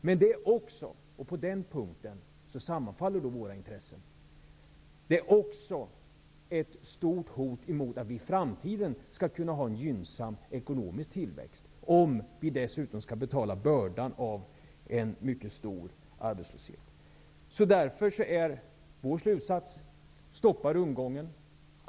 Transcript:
Dessutom -- och på den punkten sammanfaller våra intressen -- är det ett stort hot mot våra framtida möjligheter till en gynnsam ekonomisk tillväxt om vi tvingas bära bördan av en mycket stor arbetslöshet. Därför är vår slutsats: Stoppa rundgången!